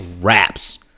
raps